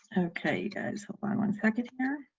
okay you guys hold on one second here